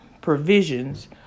provisions